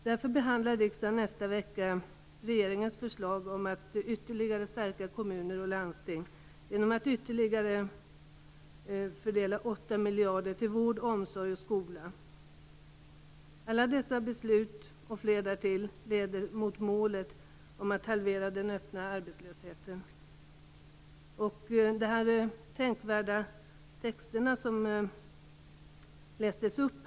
Därför behandlar riksdagen nästa vecka regeringens förslag om att ytterligare stärka kommuner och landsting genom att fördela ytterligare 8 miljarder till vård, omsorg och skola. Alla dessa beslut, och fler därtill, leder mot målet att halvera den öppna arbetslösheten. Det var tänkvärda texter som lästes upp.